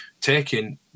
taking